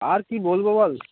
আর কী বলবো বল